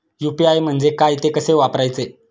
UPI म्हणजे काय, ते कसे वापरायचे?